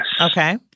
Okay